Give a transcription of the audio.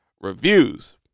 reviews